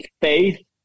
Faith